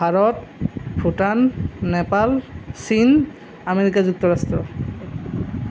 ভাৰত ভূটান নেপাল চীন আমেৰিকা যুক্তৰাষ্ট্ৰ